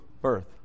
birth